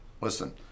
listen